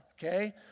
Okay